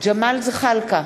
ג'מאל זחאלקה,